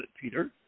Peter